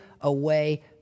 away